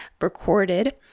recorded